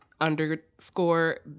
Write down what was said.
underscore